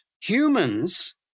Humans